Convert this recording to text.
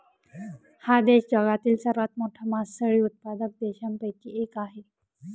हा देश जगातील सर्वात मोठा मासळी उत्पादक देशांपैकी एक आहे